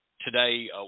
Today